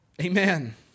Amen